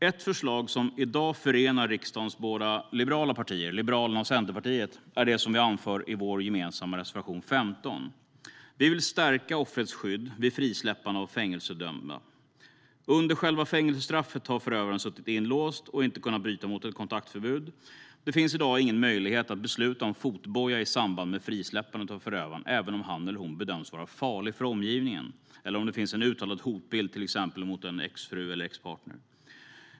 Ett förslag som i dag förenar riksdagens båda liberala partier, Liberalerna och Centerpartiet, är det som vi anför i vår gemensamma reservation 15. Vi vill stärka offrets skydd vid frisläppande av fängelsedömda. Under fängelsestraffet har förövaren suttit inlåst och har därmed inte kunnat bryta mot kontaktförbud. Det finns i dag ingen möjlighet att besluta om fotboja i samband med frisläppandet av förövaren, även om han eller hon bedöms vara farlig för omgivningen eller det finns en uttalad hotbild mot till exempel en exfru eller expartner.